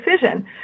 decision